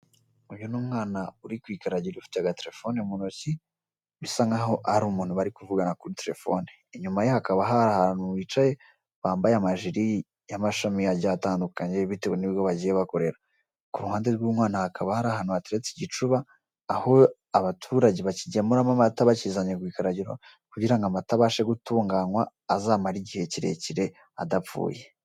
Uyu ni umwana uri ku ikaragiro ifite agatelefone mu ntoki, bisa nkaho hari umuntu bari kuvugana, inyuma ye hakaba hari abantu bambaye amajire y'amashami agiye atandukanye bitewe n'ibigo bagiye bakorera, ku ruhande rw'umwana hakaba hari ahantu hateretse igicuba, aho abaturage bakigemuramo amata bakizanye ku ikaragiro kugira ngo amata abashe gutunganwa azamare igihe kire kire adapfuye.